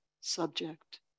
subject